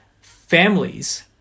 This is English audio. families